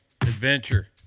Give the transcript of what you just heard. adventure